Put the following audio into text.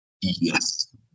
Yes